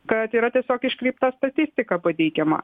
kad yra tiesiog iškreipta statistika pateikiama